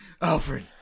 Alfred